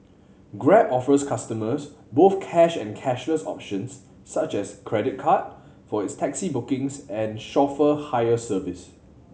grab offers customers both cash and cashless options such as credit card for its taxi bookings and chauffeur hire service